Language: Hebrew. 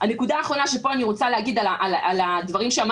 הנקודה האחרונה שפה אני רוצה להגיד על הדברים שאמר